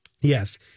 Yes